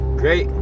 great